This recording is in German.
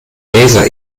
laser